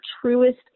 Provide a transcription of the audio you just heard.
truest